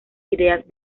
ideas